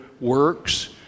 works